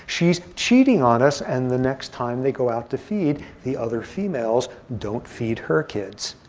she's cheating on us. and the next time they go out to feed, the other females don't feed her kids.